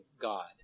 God